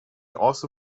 also